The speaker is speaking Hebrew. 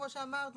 כמו שאמרת,